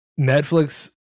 Netflix